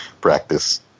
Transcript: Practice